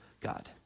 God